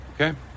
Okay